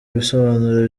ibisobanuro